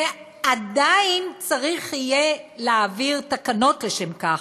ועדיין צריך יהיה להעביר תקנות לשם כך.